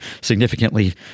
significantly